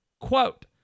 Quote